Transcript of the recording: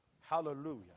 Hallelujah